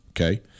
okay